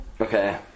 Okay